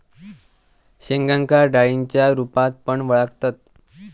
शेंगांका डाळींच्या रूपात पण वळाखतत